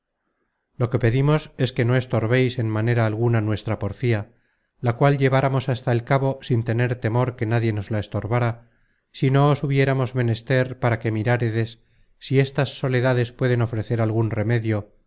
lo que pedimos es que no estorbeis en manera alguna nuestra porfía la cual lleváramos hasta el cabo sin tener temor que nadie nos la estorbára si no os hubiéramos menester para que mirárades si estas soledades pueden ofrecer algun remedio